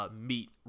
meet